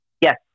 Yes